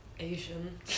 Asian